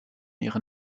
ihre